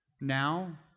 Now